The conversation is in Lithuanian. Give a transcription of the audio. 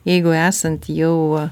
jeigu esant jau